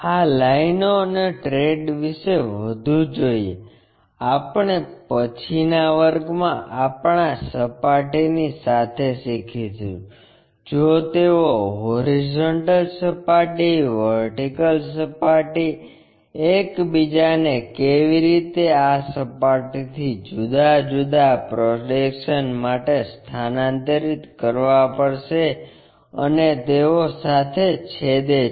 આ લાઇનો અને ટ્રેસ વિશે વધુ જોઇએ આપણે પછીનાં વર્ગમાં આપણા સપાટીની સાથે શીખીશું જો તેઓ હોરિઝોન્ટલ સપાટી વર્ટિકલ સપાટી એક બીજાને કેવી રીતે આ સપાટીથી જુદા જુદા પ્રોજેક્શન્સ માટે સ્થાનાંતરિત કરવા પડશે અને તેઓ સાથે છેદે છે